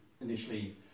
initially